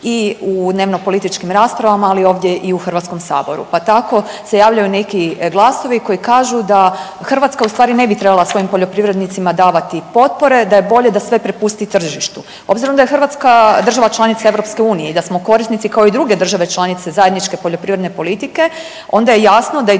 i u dnevno-političkim raspravama, ali i ovdje u Hrvatskom saboru. Pa tako se javljaju neki glasovi koji kažu da Hrvatska u stvari ne bi trebala svojim poljoprivrednicima davati potpore, da je bolje da sve prepusti tržištu. Obzirom da je Hrvatska država članica EU i da smo korisnici kao i druge države članice zajedničke poljoprivredne politike, onda je jasno da i